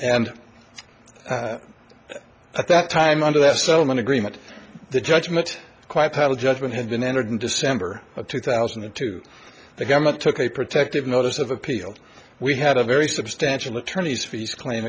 and at that time under that settlement agreement the judgment quite paddle judgment had been entered in december of two thousand and two the government took a protective notice of appeal we had a very substantial attorney's fees claim